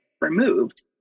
removed